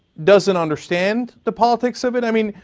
doesn't understand the politics of it, i mean,